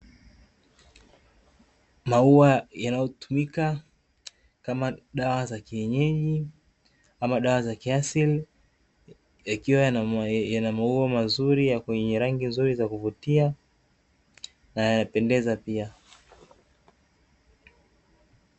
Maua yanayotumika kama dawa za kienyeji, ama dawa za kiasili, yakiwa yana maua mazuri ya kwenye rangi nzuri za kuvutia na yanapendeza pia.